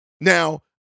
Now